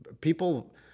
people